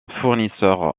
fournisseur